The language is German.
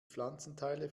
pflanzenteile